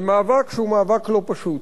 במאבק שהוא מאבק לא פשוט,